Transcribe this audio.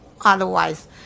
otherwise